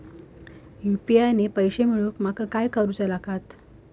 UPI ने पैशे मिळवूक माका काय करूचा लागात?